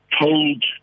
told